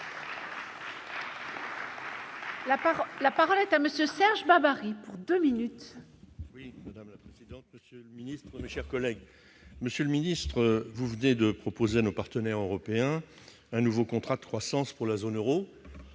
la parole. ça monsieur Serge pas Bari pour 2 minutes. Oui, Monsieur le Ministre, mes chers collègues, monsieur le ministre, vous venez de proposer à nos partenaires européens un nouveau contrat de croissance pour la zone Euro,